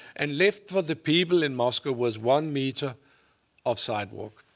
and left for the people in moscow was one meter of sidewalk.